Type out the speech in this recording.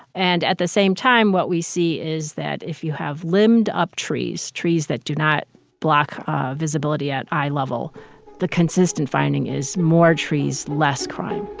and, at the same time, what we see is that if you have limbed-up trees trees that do not block ah visibility at eye level the consistent finding is more trees, less crime